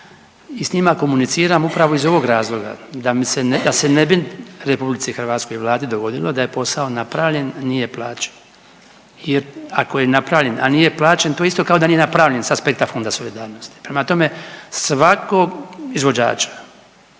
i s njima komuniciram upravo iz ovog razloga da mi se ne, da se ne bi RH i Vladi dogodilo da je posao napravljen, a nije plaćen jer ako je napravljen, a nije plaćen, to je isto kao da nije napravljen s aspekta Fonda solidarnosti, prema tome, svakog izvođača,